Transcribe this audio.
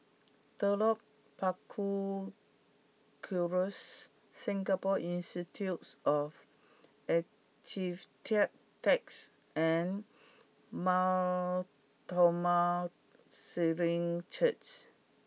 Telok Paku Circus Singapore Institute of and Mar Thoma Syrian Church